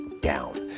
down